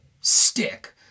stick